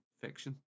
fiction